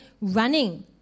Running